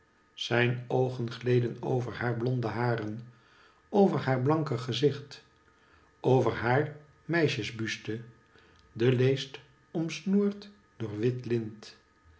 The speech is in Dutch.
zijn oogen gleden over haar blonde haren over haar blanke gezicht over haar meisjesbuste den leest omsnoerd door wit lint